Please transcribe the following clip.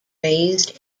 raised